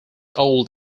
old